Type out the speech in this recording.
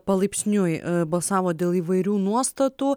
palaipsniui balsavo dėl įvairių nuostatų